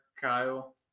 Kyle